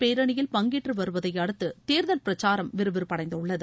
பேரணியில் பங்கேற்று வருவதையடுத்து தேர்தல் பிரச்சாரம் விறுவிறுப்படைந்துள்ளது